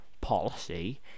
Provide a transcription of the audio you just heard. policy